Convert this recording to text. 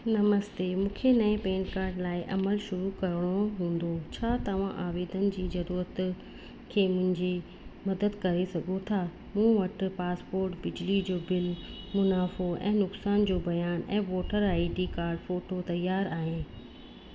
नमस्ते मूंखे नएं PAN card लाइ अमल शुरू करिणो हूंदो छा तव्हां आवेदन जी ज़रूरत खे मुंहिंजी मदद करे सघो था मूं वटि पासपोर्ट बिजली जो बिल मुनाफ़ो ऐं नुक़सान जो बयानु ऐं voter I D card photo तियारु आहे